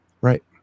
Right